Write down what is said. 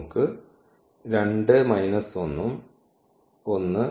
നമുക്ക് 2 മൈനസ് 1 ഉം 1